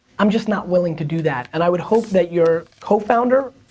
i'm just not willing to do that, and i would hope that your co-founder,